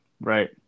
Right